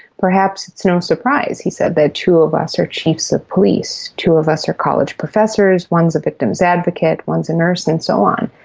perhaps it's no surprise, he said, that two of us are chiefs of police, two of us are college professors, one is a victims' advocate, a and nurse, and so on.